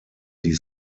die